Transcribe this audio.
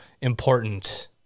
important